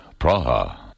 Praha